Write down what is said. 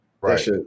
Right